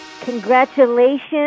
Congratulations